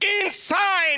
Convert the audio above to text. Inside